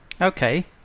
Okay